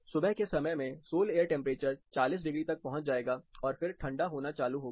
सुबह के समय में सौल एयर टेंपरेचर 40 डिग्री तक पहुंच जाएगा और फिर ठंडा होना चालू होगा